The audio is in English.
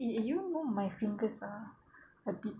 eh you know my fingers are a bit